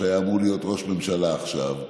שאמור היה להיות ראש ממשלה עכשיו,